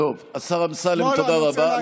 השר אמסלם, תודה רבה.